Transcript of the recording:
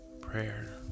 prayer